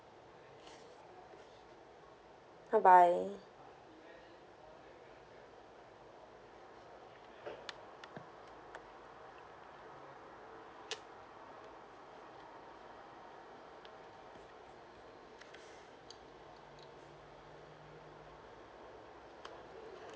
bye bye